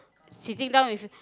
sitting down with